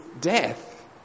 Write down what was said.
death